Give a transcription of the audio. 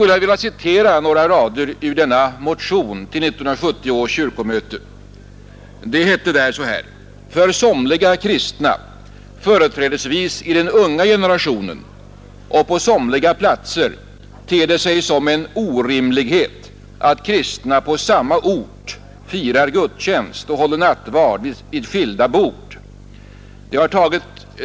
Jag vill citera några rader ur denna motion till 1970 års kyrkomöte: ”För somliga kristna, företrädesvis i den unga generationen, och på somliga platser ter det sig som en orimlighet att kristna på samma ort firar gudstjänst och håller nattvard vid skilda bord.